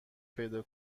پیدا